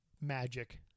magic